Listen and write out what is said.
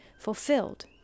fulfilled